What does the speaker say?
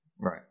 right